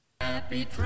Happy